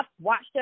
watched